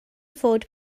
fod